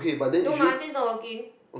no my aunty is not working